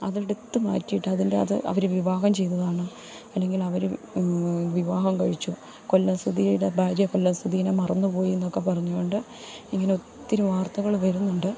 അതടുത്ത് മാറ്റിയിട്ട് അതിൻ്റെ അത് അവർ വിവാഹം ചെയ്തതാണ് അല്ലെങ്കിൽ അവർ വിവാഹം കഴിച്ചു കൊല്ലം സുധീടെ ഭാര്യ കൊല്ലസുതീനെ മറന്ന് പോയിന്നൊക്കെ പറഞ്ഞോണ്ട് ഇങ്ങനെ ഒത്തിരി വാർത്തകൾ വരുന്നുണ്ട്